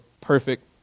perfect